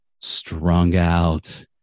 strung-out